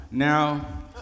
Now